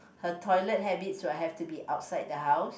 her toilet habits will have to be outside the house